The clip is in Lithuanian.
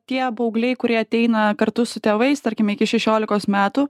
tie paaugliai kurie ateina kartu su tėvais tarkime iki šešiolikos metų